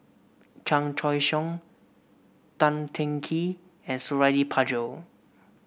Chan Choy Siong Tan Teng Kee and Suradi Parjo